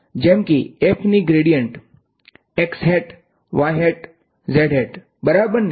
જેમ કે f ની gradient x hat y hat અને z હેટ બરાબર છે